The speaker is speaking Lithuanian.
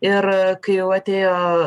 ir kai jau atėjo